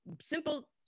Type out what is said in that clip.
simple